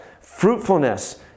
fruitfulness